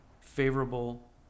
favorable